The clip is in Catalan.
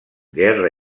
guerra